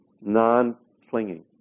non-clinging